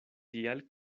tial